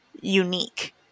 unique